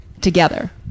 together